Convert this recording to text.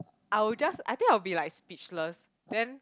I will just I think I'll be like speechless then